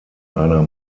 einer